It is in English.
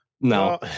No